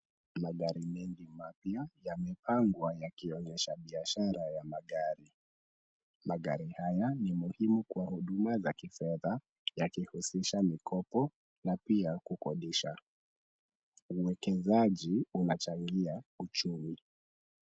Magari mengi mapya, yamepangwa yakionyesha biashara ya magari. Magari haya ni muhimu kwa huduma za kifedha, ya kihusisha mikopo, na pia kukodisha. Uwekezaji unachangia uchumi.